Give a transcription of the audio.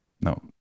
No